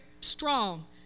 strong